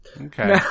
Okay